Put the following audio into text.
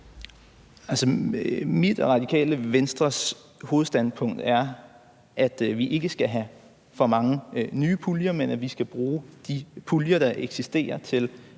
og Radikale Venstres hovedstandpunkt er, at vi ikke skal have for mange nye puljer, men at vi skal bruge de puljer, der eksisterer, til